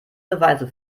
beweise